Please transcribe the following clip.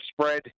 spread